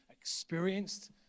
experienced